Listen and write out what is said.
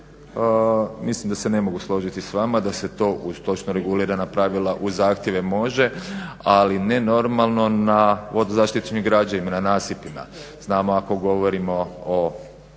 Mislim da se ne mogu složiti s vama da se to uz točno regulirana pravila uz zahtjeve može ali ne normalno … /Govornik se ne razumije./… na nasipima. Znamo ako govorimo o